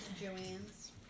Joanne's